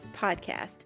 podcast